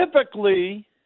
Typically